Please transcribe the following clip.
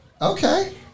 Okay